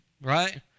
right